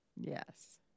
yes